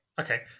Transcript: Okay